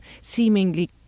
seemingly